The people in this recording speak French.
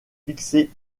fixé